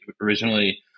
originally